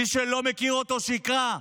מי שלא מכיר אותו, שיקרא.